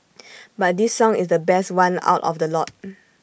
but this song is the best one out of the lot